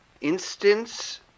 Instance